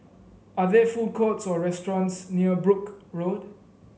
are there food courts or restaurants near Brooke Road